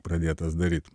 pradėtas daryt